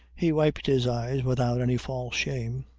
he wiped his eyes without any false shame.